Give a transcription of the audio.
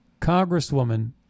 Congresswoman